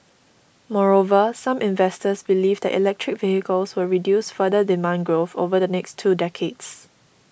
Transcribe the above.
moreover some investors believe that electric vehicles will reduce future demand growth over the next two decades